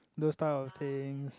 those type of things